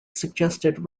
suggested